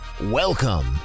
Welcome